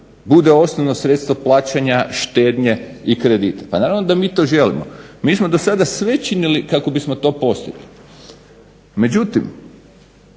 bude osnovno sredstvo plaćanja, štednje i kredita. Pa naravno da mi to želimo. Mi smo do sada sve činili kako bismo to postigli. Međutim,